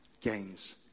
gains